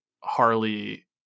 Harley